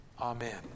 amen